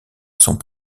sont